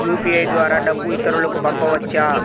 UPI ద్వారా డబ్బు ఇతరులకు పంపవచ్చ?